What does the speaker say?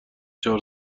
چهار